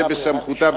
זה בסמכותה,